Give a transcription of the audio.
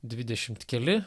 dvidešimt keli